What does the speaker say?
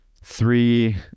three